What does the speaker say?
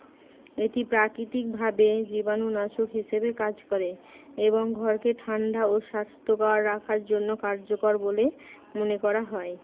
এটি প্রাকৃতিক ভাবে জীবাণুনাশক হিসেবে কাজ করে এবং ঘরকে ঠান্ডা ও স্বাস্থ্যকর রাখার জন্য কার্যকর বলে মনে করা হয়